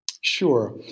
Sure